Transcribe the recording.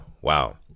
wow